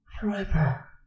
forever